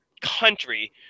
country